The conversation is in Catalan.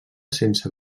sense